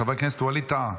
חבר הכנסת ווליד טאהא.